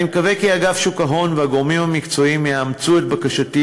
אני מקווה כי אגף שוק ההון והגורמים המקצועיים יאמצו את בקשתי,